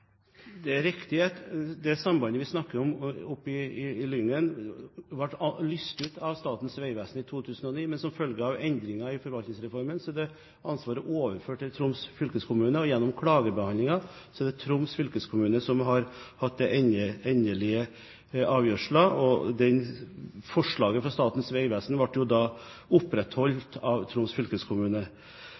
Lyngen, ble lyst ut av Statens vegvesen i 2009, men som følge av endringer i Forvaltningsreformen er det ansvaret overført til Troms fylkeskommune. Gjennom klagebehandlingen er det Troms fylkeskommune som har hatt den endelige avgjørelsen, og forslaget fra Statens vegvesen ble opprettholdt av Troms fylkeskommune.